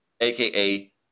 AKA